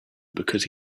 because